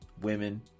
women